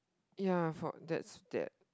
ya for that's that